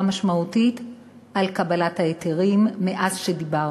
משמעותית על קבלת ההיתרים מאז שדיברנו.